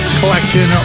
collection